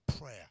prayer